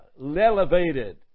elevated